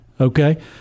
okay